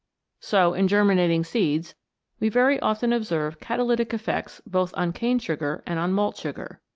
so in germinating seeds we very often observe catalytic effects both on cane sugar and on malt sugar.